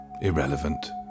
irrelevant